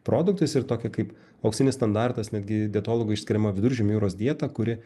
produktus ir tokią kaip auksinis standartas netgi dietologų išskiriama viduržemio jūros dieta kuri